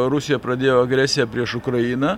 rusija pradėjo agresiją prieš ukrainą